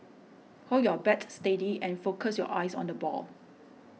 hold your bat steady and focus your eyes on the ball